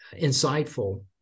insightful